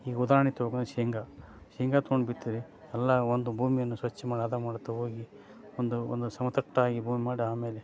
ಈಗ ಉದಾಹರಣೆ ತೊಗೊಂಡರೆ ಶೇಂಗಾ ಶೇಂಗಾ ತೊಗೊಂಡು ಬಿತ್ತಿದರೆ ಎಲ್ಲ ಒಂದು ಭೂಮಿಯನ್ನು ಸ್ವಚ್ಛ ಮಾಡಿ ಹದ ಮಾಡ್ತಾ ಹೋಗಿ ಒಂದು ಒಂದು ಸಮತಟ್ಟಾಗಿ ಭೂಮಿ ಮಾಡಿ ಆಮೇಲೆ